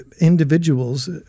individuals